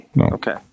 Okay